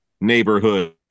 neighborhood